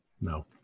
No